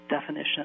definition